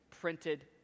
printed